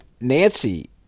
Nancy